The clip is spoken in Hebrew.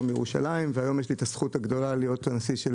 בירושלים והיום יש לי את הזכות להיות הנשיא של